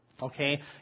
Okay